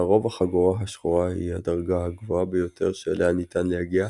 לרוב החגורה השחורה היא הדרגה הגבוהה ביותר שאליה ניתן להגיע,